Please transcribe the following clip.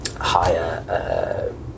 higher